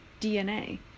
dna